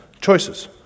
choices